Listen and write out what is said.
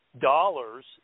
dollars